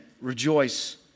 rejoice